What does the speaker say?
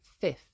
fifth